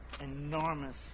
enormous